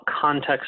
context